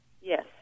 Yes